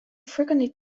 frequently